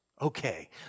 Okay